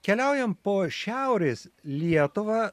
keliaujam po šiaurės lietuvą